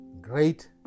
great